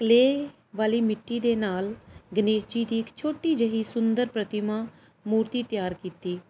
clay ਵਾਲੀ ਮਿੱਟੀ ਦੇ ਨਾਲ ਗਣੇਸ਼ ਜੀ ਦੀ ਇੱਕ ਛੋਟੀ ਜਿਹੀ ਸੁੰਦਰ ਪ੍ਰਤਿਮਾ ਮੂਰਤੀ ਤਿਆਰ ਕੀਤੀ